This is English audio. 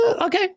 Okay